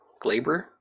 Glaber